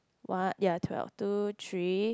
what ya twelve two three